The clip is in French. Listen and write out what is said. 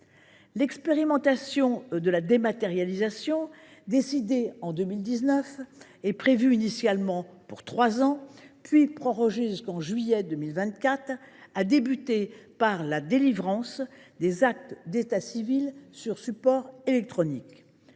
L’expérimentation de la dématérialisation, décidée en 2019 et prévue initialement pour trois ans, puis prorogée jusqu’en juillet 2024, a débuté par la délivrance des actes d’état civil sur support électronique.